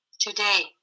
today